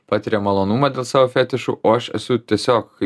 patiria malonumą dėl savo fetišų o aš esu tiesiog